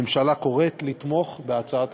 כמו שהרבה פעמים קורה פה בכנסת,